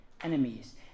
enemies